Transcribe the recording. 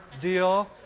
deal